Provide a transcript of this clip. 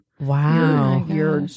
Wow